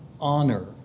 honor